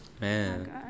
Man